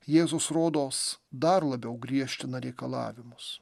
jėzus rodos dar labiau griežtina reikalavimus